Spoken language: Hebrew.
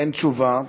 אין תשובה.